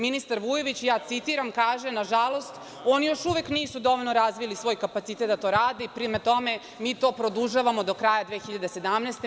Ministar Vujović, ja citira, kaže – nažalost, oni još uvek nisu dovoljno razvili svoj kapacitet da to rade i prema tome mi to produžavamo do kraja 2017. godine.